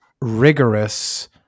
rigorous